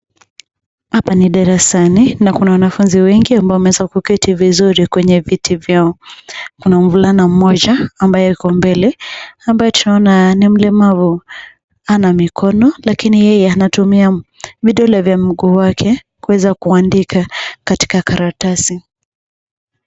Hapa ni darasani na kuna wanafunzi wengi ambao wameweza kuketi vizuri kwenye viti vyao, kuna mvulana moja ambayo yuko mbele ambae tunaona ni mlemavu, hana mikono lakini yeye anatumia vitule vya mkuu wake kuweza kuandika katika karatasi.